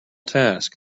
task